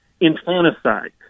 infanticide